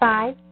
Five